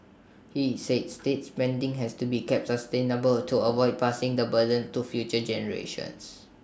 he said state spending has to be kept sustainable to avoid passing the burden to future generations